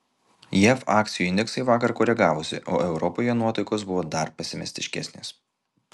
jav akcijų indeksai vakar koregavosi o europoje nuotaikos buvo dar pesimistiškesnės